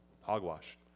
hogwash